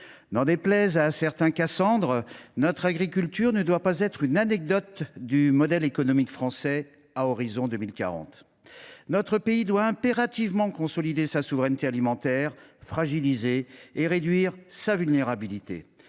N’en déplaise aux Cassandre, notre agriculture ne doit pas devenir marginale dans le modèle économique français à l’horizon 2040. Notre pays doit impérativement consolider sa souveraineté alimentaire, aujourd’hui fragilisée, et réduire sa vulnérabilité.